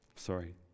Sorry